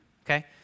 Okay